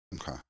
Okay